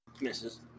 Misses